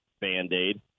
Band-Aid